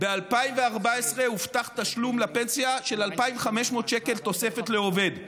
ב-2014 הובטח תשלום לפנסיה של 2,500 שקל תוספת לעובד.